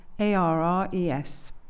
ARRES